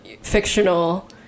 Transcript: fictional